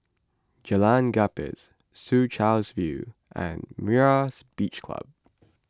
Jalan Gapis Soo Chow's View and Myra's Beach Club